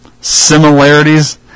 similarities